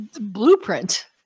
blueprint